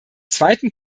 zweiten